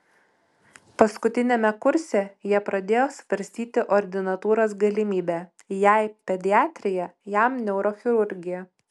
paskutiniame kurse jie pradėjo svarstyti ordinatūros galimybę jai pediatrija jam neurochirurgija